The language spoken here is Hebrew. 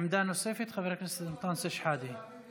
עמדה נוספת, חבר הכנסת אנטאנס שחאדה.